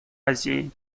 азии